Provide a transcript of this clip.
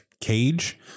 cage